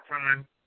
time